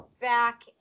back